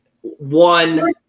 one